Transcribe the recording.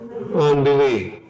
unbelief